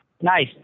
Nice